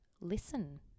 listen